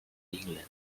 england